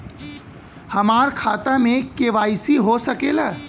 हमार खाता में के.वाइ.सी हो सकेला?